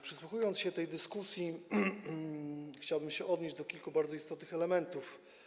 Przysłuchawszy się tej dyskusji, chciałbym się odnieść do kilku bardzo istotnych elementów.